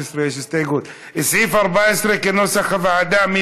כנוסח הוועדה.